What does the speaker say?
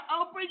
open